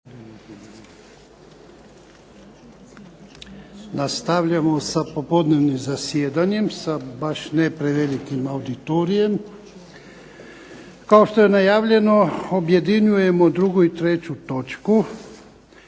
Nastavljamo sa popodnevnim zasjedanjem, sa baš ne prevelikim auditorijem. Kao što je najavljeno objedinjujemo 2. i 3. točku,